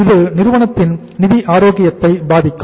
இது நிறுவனத்தின் நிதி ஆரோக்கியத்தை பாதிக்கும்